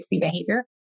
behavior